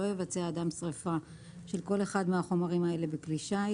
לא יבצע אדם שריפה של כל אחד מהחומרים האלה בכלי שיט: